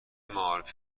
مارک